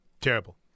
terrible